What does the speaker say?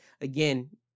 again